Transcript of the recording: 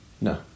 No